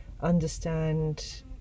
understand